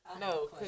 No